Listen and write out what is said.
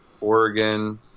oregon